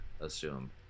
assume